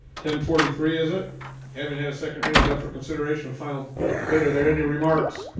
ten forty three is it having had a second reading is that for consideration final debate are there any remarks?